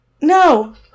No